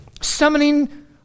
Summoning